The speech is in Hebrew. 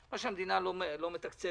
מה שהמדינה לא מתקצבת,